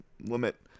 limit